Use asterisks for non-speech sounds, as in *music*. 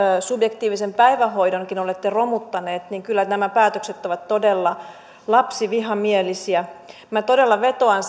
subjektiivisen päivähoidonkin olette romuttaneet niin kyllä nämä päätökset ovat todella lapsivihamielisiä minä todella vetoan *unintelligible*